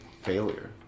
failure